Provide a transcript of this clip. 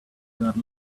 got